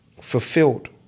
fulfilled